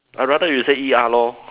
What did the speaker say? I rather you say E_R lor